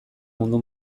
mundu